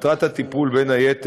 מטרת הטיפול היא, בין היתר,